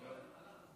לא.